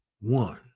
one